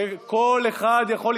שכל אחד יכול.